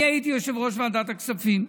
אני הייתי יושב-ראש ועדת הכספים.